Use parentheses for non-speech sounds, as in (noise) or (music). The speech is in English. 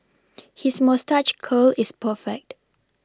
(noise) his moustache curl is perfect